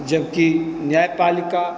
जबकि न्यायपालिका